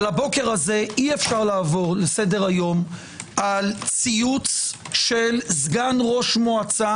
אבל הבוקר הזה אי אפשר לעבור לסדר-היום על ציוץ של סגן ראש מועצה